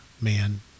man